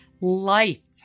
life